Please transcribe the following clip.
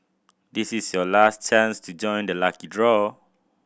this is your last chance to join the lucky draw